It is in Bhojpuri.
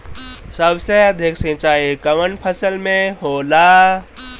सबसे अधिक सिंचाई कवन फसल में होला?